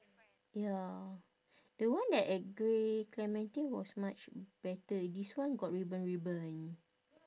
ya the one that at grey clementi was much better this one got ribbon ribbon